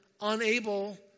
unable